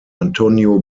antonio